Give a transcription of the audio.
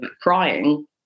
crying